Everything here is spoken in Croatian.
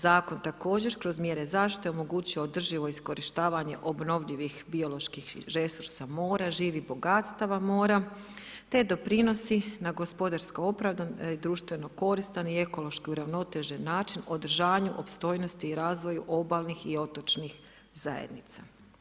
Zakon također, kroz mjere zaštite omogućuje održivo iskorištavanje obnovljivih bioloških resursa mora, živih bogatstava mora, te doprinosi na gospodarsko opravdan, društveno koristan i ekološki uravnotežen način, održanju, opstojnosti i razvojnih obalnih i otočnih zajednica.